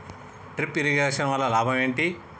Drip irrigation వల్ల లాభం ఏంటి?